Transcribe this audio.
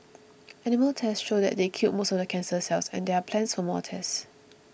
animal tests show they killed most of the cancer cells and there are plans for more tests